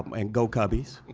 and go cubbies,